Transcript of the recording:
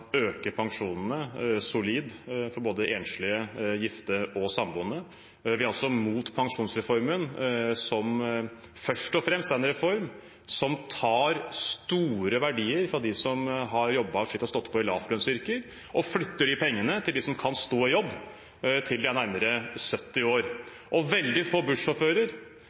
øke pensjonene solid for både enslige, gifte og samboende. Vi er imot pensjonsreformen, som først og fremst er en reform som tar store verdier fra dem som har jobbet, slitt og stått på i lavtlønnsyrker, og flytter de pengene til dem som kan stå i jobb til de er nærmere 70 år. Veldig få bussjåfører, veldig få